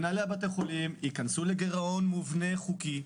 מנהלי בתי החולים ייכנסו לגירעון מובנה חוקי,